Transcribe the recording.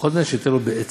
ופחות מזה, שייתן לו בעצב.